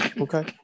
Okay